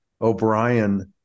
O'Brien